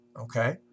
Okay